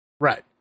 Right